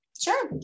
Sure